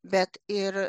bet ir